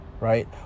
Right